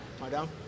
madam